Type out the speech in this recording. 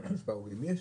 יש קשר.